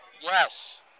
Yes